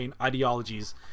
ideologies